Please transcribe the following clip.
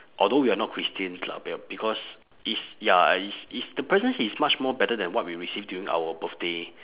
although we are not christians lah because it's ya it's it's the presents is much more better than what we receive during our birthday